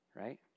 right